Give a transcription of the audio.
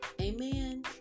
Amen